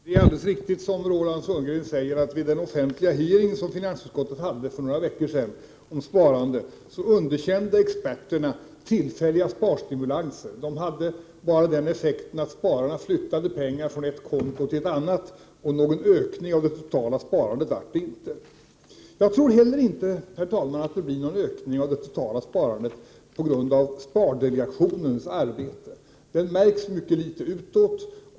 Herr talman! Det är alldeles riktigt som Roland Sundgren säger att vid en offentlig hearing om sparandet som finansutskottet hade för några veckor sedan så underkände experterna tillfälliga sparstimulanser. De får bara till effekt att spararna flyttar pengar från ett konto till ett annat, och någon ökning av det totala sparandet blir det inte. Jag tror inte heller, herr talman, att det blir någon ökning av det totala sparandet på grund av spardelegationens arbete. Det arbetet märks mycket litet utåt.